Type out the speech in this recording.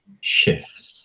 shifts